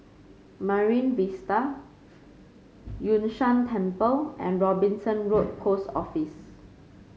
Marine Vista Yun Shan Temple and Robinson Road Post Office